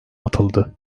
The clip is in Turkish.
atıldı